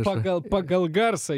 pagal pagal garsą